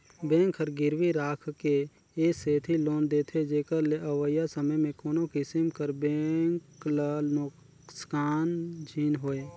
bank हर गिरवी राखके ए सेती लोन देथे जेकर ले अवइया समे में कोनो किसिम कर बेंक ल नोसकान झिन होए